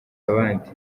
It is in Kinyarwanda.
abandi